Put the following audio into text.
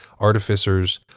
artificers